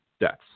deaths